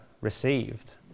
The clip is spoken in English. received